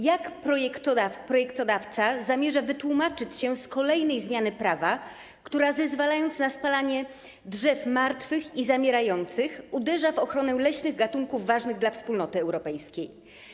Jak projektodawca zamierza wytłumaczyć się z kolejnej zmiany prawa, która zezwalając na spalanie drzew martwych i zamierających, uderza w ochronę leśnych gatunków ważnych dla Wspólnoty Europejskiej?